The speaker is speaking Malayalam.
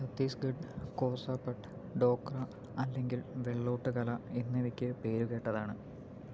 ഛത്തീസ്ഗഡ് കോസ പട്ട് ഡോക്ര അല്ലെങ്കിൽ വെള്ളോട്ട് കല എന്നിവയ്ക്ക് പേരുകേട്ടതാണ്